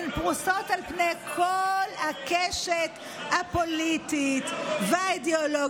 הן פרוסות על כל הקשת הפוליטית והאידיאולוגית.